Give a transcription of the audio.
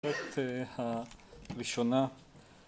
הראשונה